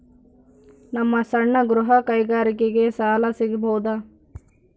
ನಮ್ಮ ಸಣ್ಣ ಗೃಹ ಕೈಗಾರಿಕೆಗೆ ಸಾಲ ಸಿಗಬಹುದಾ?